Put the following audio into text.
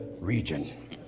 region